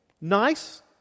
Nice